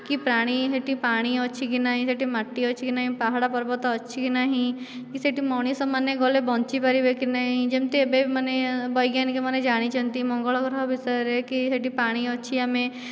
କି ପ୍ରାଣୀ ସେଇଠି ପାଣି ଅଛି କି ନାଇଁ ସେଇଠି ମାଟି ଅଛି କି ନାଇଁ ପାହାଡ଼ ପର୍ବତ ଅଛି କି ନାହିଁ କି ସେଇଠି ମଣିଷମାନେ ଗଲେ ବଞ୍ଚିପାରିବେ କି ନାଇଁ ଯେମତି ଏବେ ମାନେ ବୈଜ୍ଞାନିକ ମାନେ ଜାଣିଛନ୍ତି ମଙ୍ଗଳଗ୍ରହ ବିଷୟରେ କି ସେଇଠି ପାଣି ଅଛି ଆମେ